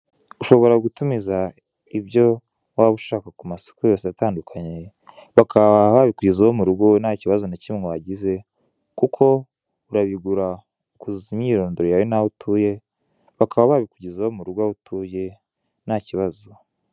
Ushobora gutumiza ibyo waba ushaka ku masoko yose atandukanye bakaba babikugezaho mu rugo ntakibazo wagize kuko urabigura ukuzuzaho imyirondoro yawe n'aho utuye bakaba babikugezaho mu rugo aho utuye ntakibazo.